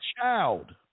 child